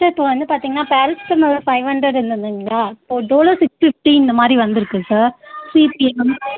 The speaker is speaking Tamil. சார் இப்போ வந்து பார்த்தீங்கனா பேரசிட்டாம்மலில் ஃபைவ் ஹண்ட்ரெட் இருந்ததுங்களா இப்போது டோலோ சிக்ஸ் ஃபிஃப்டி இந்த மாதிரி வந்துருக்குங்க சார் சார் பிபிஎம்